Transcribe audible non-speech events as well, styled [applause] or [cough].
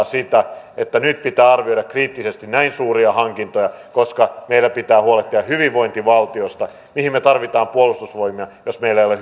[unintelligible] sitä että nyt pitää arvioida kriittisesti näin suuria hankintoja koska meidän pitää huolehtia hyvinvointivaltiosta mihin me tarvitsemme puolustusvoimia jos meillä ei ole [unintelligible]